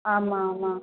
ஆமாம் ஆமாம்